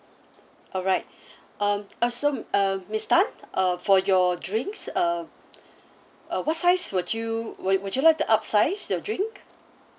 alright um also um miss tan uh for your drinks uh uh what size would you would would you like to upsize your drink